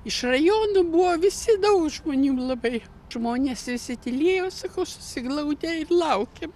iš rajonų buvo visi daug žmonių labai žmonės visi tylėjo sakau susiglaudę ir laukėm